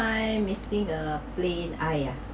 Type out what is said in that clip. time missing a plane !aiya!